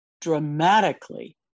dramatically